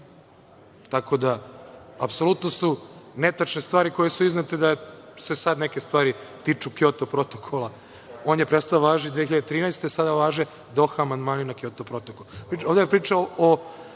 Tako da, apsolutno su netačne stvari koje su iznete da se sad neke stvari tiču Kjoto protokola. On je prestao da važi 2013. godine. Sada važe Doha amandmani na Kjoto protokol. Ovde